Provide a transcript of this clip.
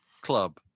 Club